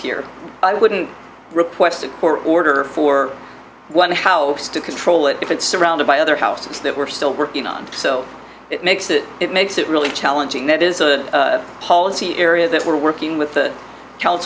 here i wouldn't request or order for one how to control it if it's surrounded by other houses that we're still working on so it makes it it makes it really challenging that is a policy area that we're working with the c